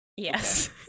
Yes